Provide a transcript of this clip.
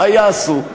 מה יעשו?